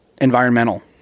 environmental